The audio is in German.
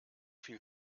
viel